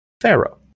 Pharaoh